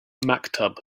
maktub